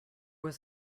was